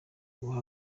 guha